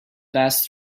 passed